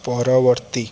ପରବର୍ତ୍ତୀ